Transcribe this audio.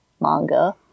manga